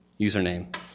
username